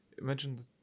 imagine